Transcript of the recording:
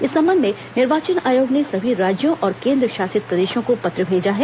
इस संबंध में निर्वाचन आयोग ने सभी राज्यों और केन्द्र शासित प्रदेशों को पत्र भेजा है